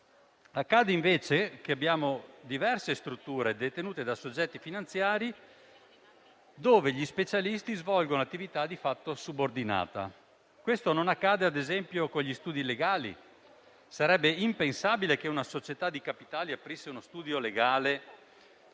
Accade, invece, che abbiamo diverse strutture detenute da soggetti finanziari, dove gli specialisti svolgono attività di fatto subordinata. Questo non accade, ad esempio, con gli studi legali: sarebbe impensabile che una società di capitali aprisse uno studio legale,